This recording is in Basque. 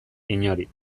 inori